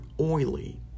oily